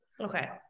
Okay